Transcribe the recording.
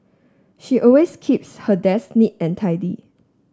she always keeps her desk neat and tidy